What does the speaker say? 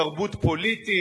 תרבות פוליטית,